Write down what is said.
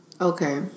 Okay